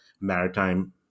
maritime